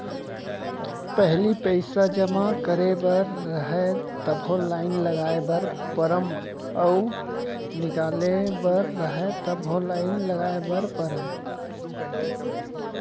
पहिली पइसा जमा करे बर रहय तभो लाइन लगाय बर परम अउ निकाले बर रहय तभो लाइन लगाय बर परय